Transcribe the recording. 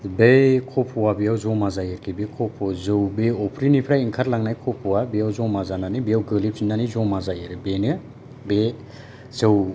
बे खफ' आ बेयाव जमा जायो आरो खफ' जौ बे अफ्रिनिफ्राय ओंखारलांनाय खफ'आ बेयाव जमा जानानै बेयाव गोलैफिनानै जमा जायो आरो बेनो बे जौ